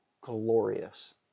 glorious